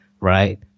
right